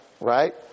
right